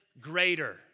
greater